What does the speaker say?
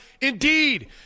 Indeed